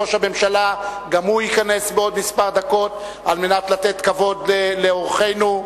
ראש הממשלה גם הוא ייכנס בעוד דקות כדי לתת כבוד לאורחינו.